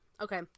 Okay